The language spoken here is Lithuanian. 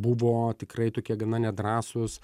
buvo tikrai tokie gana nedrąsūs